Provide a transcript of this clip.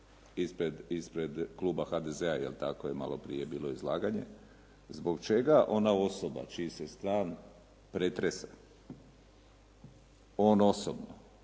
ispred kluba HDZ-a, jeli tako, malo je prije bilo izlaganje, zbog čega ona osoba čiji se stan pretresa, on osobno,